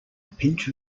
pinch